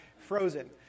frozen